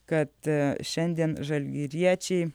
kad šiandien žalgiriečiai